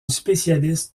spécialiste